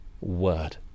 word